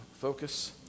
focus